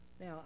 Now